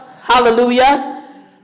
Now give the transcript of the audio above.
Hallelujah